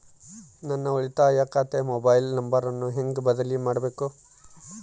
ನನ್ನ ಉಳಿತಾಯ ಖಾತೆ ಮೊಬೈಲ್ ನಂಬರನ್ನು ಹೆಂಗ ಬದಲಿ ಮಾಡಬೇಕು?